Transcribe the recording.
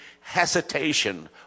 hesitation